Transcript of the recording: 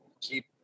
keep